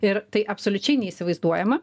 ir tai absoliučiai neįsivaizduojama